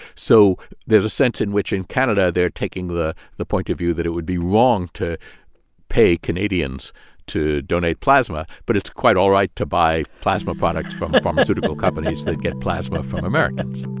so there's a sense in which, in canada, they're taking the the point of view that it would be wrong to pay canadians to donate plasma. but it's quite all right to buy plasma products from pharmaceutical companies that get plasma from americans